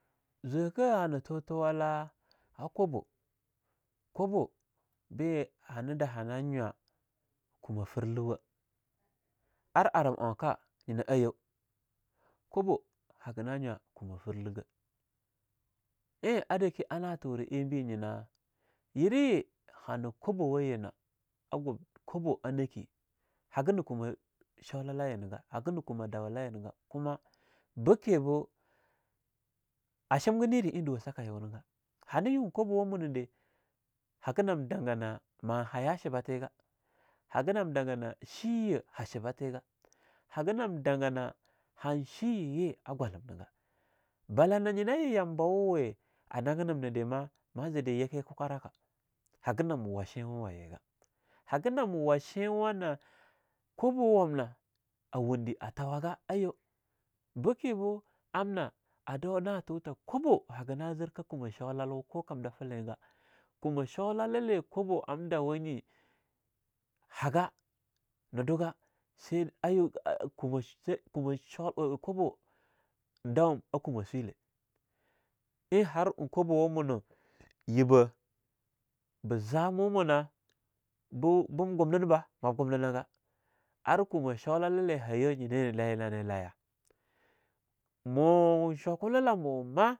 Zwakah hana tutuwala a kwabo, kwobo beye hana daha nan nywa kuma firlewa? Ar arim unka nyina aiyo. Kwabo haga na nywa kumafirlegah, ein a dake ana tura einbe nyina yeraye hana kwabowa yina, a gub kwabo a nake hagana kumah sholala yinaga, hagana kumah dawalayina gah kuma bekebo a shimga nere ein duwa sakayiwu niga, hana yu kwabo wa munahdee haganam danga na mahaya shibate gah, hagah nam danga na shiya ha shibatega, haga nam danga na han shiya ye a gwalim niga, bala na nyina yambawa we a nagenim nide ma zide yiki kikwaraka, haganam washeinwa wayiga. Haganam washeinwa nah kwaba wamna a wunde a tawaga aiyo bekebo amna ado na tuta kwabo hagana zirka kuma sholalwu ko kam da feleinga, kumah sholala le kwabo am dawa nye haga, naduga, kobo ein dawum a kuma swile. Ein har kwabawa munah yibah be zamu munah bu bim gumninbah mam gumninaga, ar kumah sholalah le haya nyiye laye nane layah? Mu..mun shokula lamu ma.